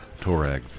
Torag